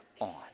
on